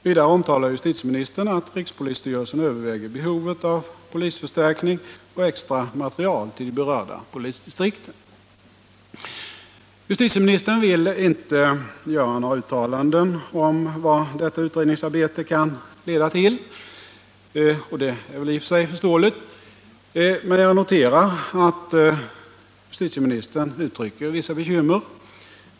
Vidare omtalar justitieministern att rikspolisstyrelsen överväger behovet av polisförstärkning och extra materiel till de berörda polisdistrikten. Justitieministern vill inte göra några uttalanden om vad detta utredningsarbete kan leda till, och det är väl i och för sig förståeligt. Men jag noterar att justitieministern uttrycker vissa bekymmer.